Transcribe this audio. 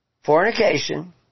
fornication